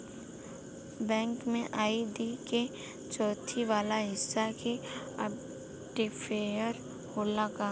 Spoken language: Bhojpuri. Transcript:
बैंक में आई.डी के चौथाई वाला हिस्सा में आइडेंटिफैएर होला का?